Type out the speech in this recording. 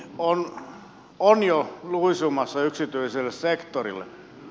poliisitoimi on jo luisumassa yksityiselle sektorille